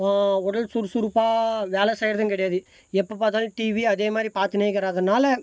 உடல் சுறுசுறுப்பாக வேலை செய்கிறதும் கிடையாது எப்போ பார்த்தாலும் டிவி அதேமாதிரி பார்த்துனேக்குறதனால